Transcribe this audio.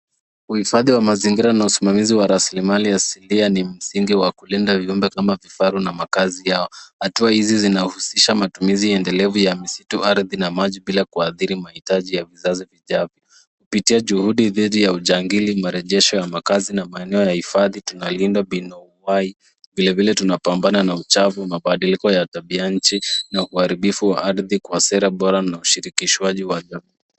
Uhifadhi wa mazingira na usimamizi wa rasilimali asilia ni msingi wa kulinda viumbe kama vifaru na makazi yao. Hatua hizi zinahusisha matumizi endelevu ya misitu, ardhi na maji bila kuadhiri mahitaji ya vizazi vijavyo. Kupitia juhudi dhidi ya ujangili marejesho ya makazi na maeneo ya hifadhi tunalinda mbinu uhai. Vilevile tunapambana na uchafu, mabadiliko ya tabia nchi na kuharibifu wa ardhi kwa sera bora na ushirikishwaji wa jamii.